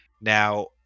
Now